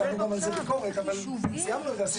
קיבלנו גם על זה ביקורת אבל סיימנו את זה.